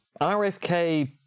RFK